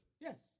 Yes